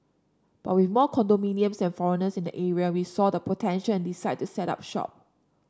but with more condominiums and foreigners in the area we saw the potential and decide to set up shop